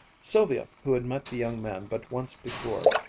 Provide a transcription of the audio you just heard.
sylvia, who had met the young man but once before,